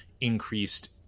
increased